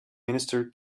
minister